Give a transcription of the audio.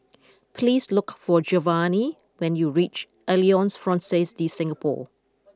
please look for Giovanny when you reach Alliance Francaise De Singapour